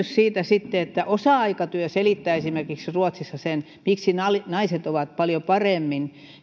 siitä että osa aikatyö selittää esimerkiksi ruotsissa sen miksi naiset ovat paljon paremmin